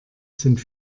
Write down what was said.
sind